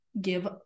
give